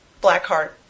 Blackheart